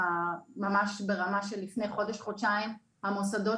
ממש ברמה של לפני חודש או חודשיים המוסדות